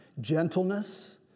gentleness